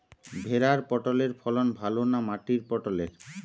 ভেরার পটলের ফলন ভালো না মাটির পটলের?